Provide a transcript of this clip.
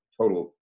total